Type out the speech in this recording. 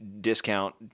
discount